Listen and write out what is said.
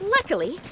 Luckily